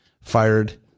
fired